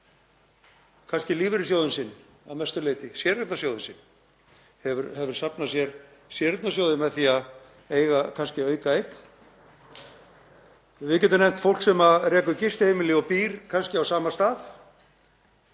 kannski lífeyrissjóðinn sinn að mestu leyti, séreignarsjóðinn sinn, hefur safnað sér séreignarsjóði með því að eiga kannski aukaeign. Við getum nefnt fólk sem rekur gistiheimili og býr kannski á sama stað.